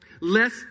Less